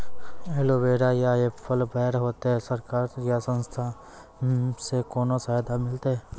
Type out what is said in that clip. Aloe vera या apple बैर होते? सरकार या संस्था से कोनो सहायता मिलते?